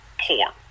porn